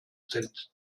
sind